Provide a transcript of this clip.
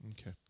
Okay